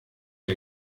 der